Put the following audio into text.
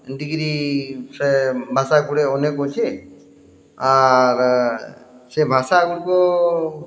ଏନ୍ତିକିରି ସେ ଭାଷାଗୁଡ଼େ ଅନେକ ଅଛେ ଆର୍ ସେ ଭାଷା ଗୁଡ଼ିକ